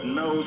no